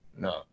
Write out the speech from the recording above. no